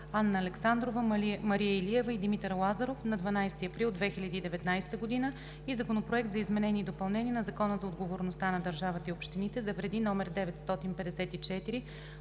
Анна Александрова, Мария Илиева и Димитър Лазаров на 12 април 2019 г., и Законопроект за изменение и допълнение на Закона за отговорността на държавата и общините за вреди, №